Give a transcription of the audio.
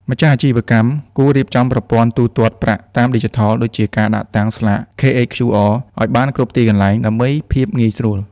ម្ចាស់អាជីវកម្មគួររៀបចំប្រព័ន្ធ ទូទាត់ប្រាក់តាមឌីជីថល ដូចជាការដាក់តាំងស្លាក KHQR ឱ្យបានគ្រប់កន្លែង ដើម្បីភាពងាយស្រួល។